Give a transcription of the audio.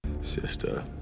sister